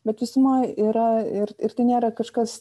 bet visumoj yra ir ir tai nėra kažkas